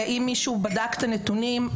ואם מישהו בדק את הנתונים,